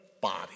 body